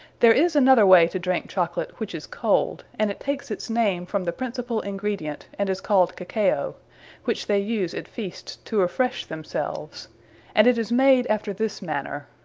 there is another way to drink chocolate, which is cold and it takes its name from the principall ingredient, and is called cacao which they use at feasts, to refresh themselves and it is made after this manner.